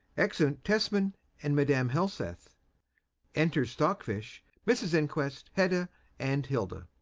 exeunt tesman and madam helseth enter stockfish, mrs inquest, hedda and hilda